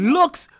Looks